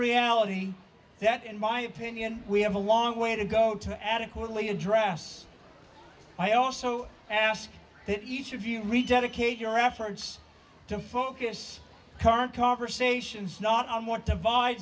reality that in my opinion we have a long way to go to adequately address i also ask that each of you read dedicate your efforts to focus current conversations not on want to